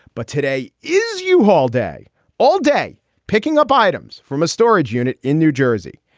but today is yeah u-haul day all day picking up items from a storage unit in new jersey.